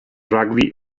rugby